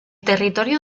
territorio